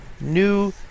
new